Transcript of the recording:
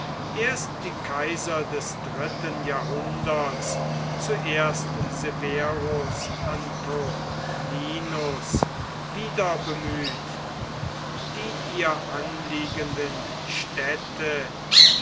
erst die kaiser des dritten jahrhunderts zuerst severus antoninus wieder bemüht die ihr anliegenden städte